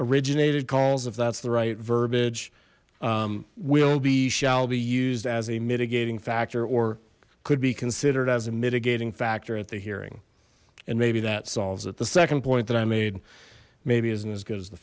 originated calls if that's the right verbage will be shall be used as a mitigating factor or could be considered as a mitigating factor at the hearing and maybe that solves it the second point that i made maybe isn't as good as the